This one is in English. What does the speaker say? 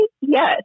Yes